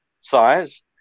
size